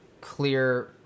clear